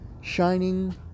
shining